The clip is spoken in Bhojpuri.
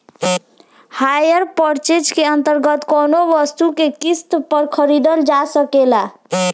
हायर पर्चेज के अंतर्गत कौनो वस्तु के किस्त पर खरीदल जा सकेला